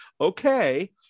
okay